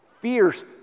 fierce